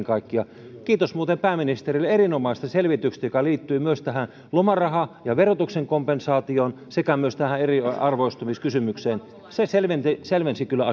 kaikkiaan kiitos muuten pääministerille erinomaisesta selvityksestä joka liittyy myös lomaraha ja verotuksen kompensaatioon sekä myös tähän eriarvoistumiskysymykseen se selvensi selvensi kyllä